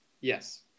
Yes